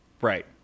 Right